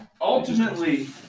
Ultimately